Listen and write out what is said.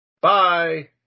Bye